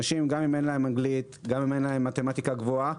גם אם לאנשים אין אנגלית או מתמטיקה גבוהה,